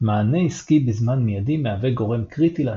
מענה עסקי בזמן מיידי מהווה גורם קריטי להצלחה.